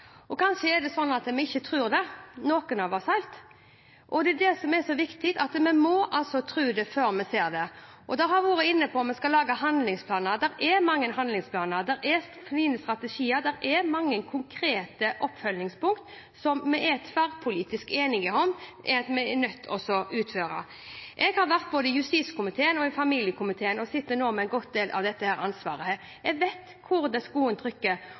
det. Kanskje er det slik at man ikke tror at noen er overfalt. Det er så viktig at man må tro det før man ser det. Vi har vært inne på om man skal lage handlingsplaner. Det er mange handlingsplaner, det er fine strategier og mange konkrete oppfølgingspunkter som vi er tverrpolitisk enige om at vi er nødt til å utføre. Jeg har vært både i justiskomiteen og familiekomiteen, og sitter nå med mye av dette ansvaret. Jeg vet hvor skoen trykker. Derfor er det